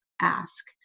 ask